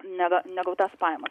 nega negautas pajamas